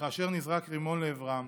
וכאשר נזרק רימון לעברם